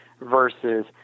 versus